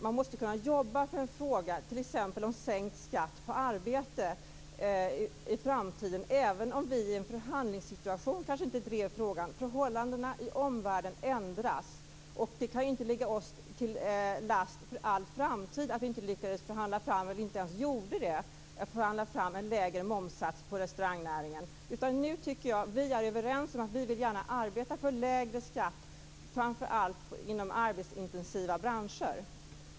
Man skall kunna arbeta för t.ex. sänkt skatt på arbete i framtiden, även om vi i en viss förhandlingssituation inte drev frågan. Förhållandena i omvärlden ändras. Det kan inte ligga oss till last för all framtid att vi inte förhandlade fram en lägre momssats på restaurangnäringen. Vi är överens om att vi vill arbeta för lägre skatt framför allt inom arbetsintensiva branscher.